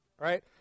right